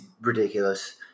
ridiculous